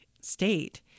state